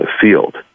field